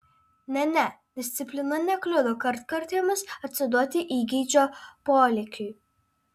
ne ne disciplina nekliudo kartkartėmis atsiduoti įgeidžio polėkiui